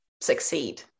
succeed